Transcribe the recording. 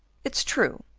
it's true,